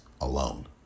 alone